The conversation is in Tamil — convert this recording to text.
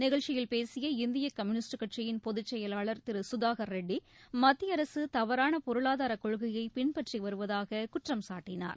நிகழ்ச்சியில் பேசிய இந்திய கம்பூனிஸ்ட் கட்சியின் பொதுச் செயலாளர் திரு சுதாகர் ரெட்டி மத்திய அரசு தவறான பொருளாதார கொள்கையை பின்பற்றி வருவதாக குற்றம் சாட்டினார்